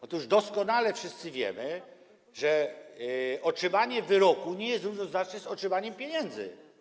Otóż doskonale wszyscy wiemy, że otrzymanie wyroku nie jest równoznaczne z otrzymaniem pieniędzy.